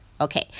Okay